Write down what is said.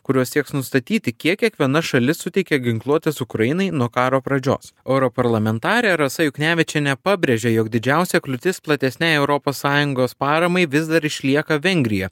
kuriuo sieks nustatyti kiek kiekviena šalis suteikė ginkluotės ukrainai nuo karo pradžios europarlamentarė rasa juknevičienė pabrėžė jog didžiausia kliūtis platesniai europos sąjungos paramai vis dar išlieka vengrija